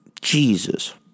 Jesus